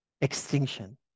extinction